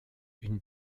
une